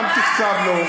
גם תקצבנו,